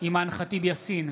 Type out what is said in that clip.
אימאן ח'טיב יאסין,